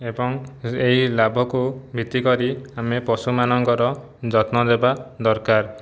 ଏବଂ ଏହି ଲାଭକୁ ଭିତ୍ତି କରି ଆମେ ପଶୁମାନଙ୍କର ଯତ୍ନନେବା ଦରକାର